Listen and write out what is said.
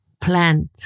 plant